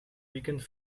weekend